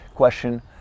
question